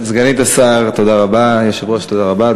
סגנית השר, תודה רבה, היושב-ראש, תודה רבה.